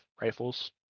rifles